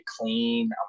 clean